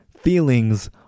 Feelings